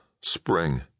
spring